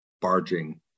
barging